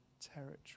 territory